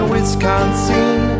Wisconsin